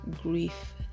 grief